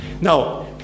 Now